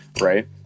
Right